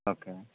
okay